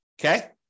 Okay